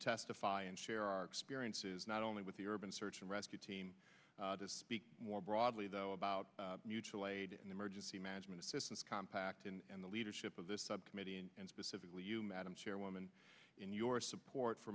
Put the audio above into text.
testify and share our experiences not only with the urban search and rescue team to speak more broadly though about mutual aid and emergency management assistance compact and the leadership of this subcommittee and specifically you madam chairwoman in your support for